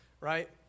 right